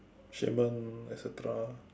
shaman et cetera